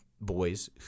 boys